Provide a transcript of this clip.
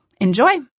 Enjoy